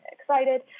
excited